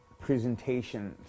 presentation